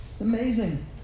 Amazing